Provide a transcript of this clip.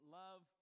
love